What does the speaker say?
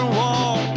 wall